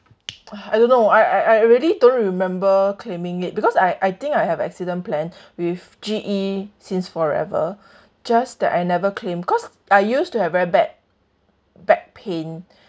I don't know I I really don't remember claiming it because I I think I have accident plan with G_E since forever just that I never claim cause I used to have very bad back pain